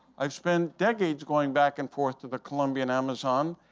i've spent decades going back and forth to the colombian amazon.